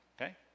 okay